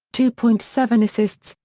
two point seven assists,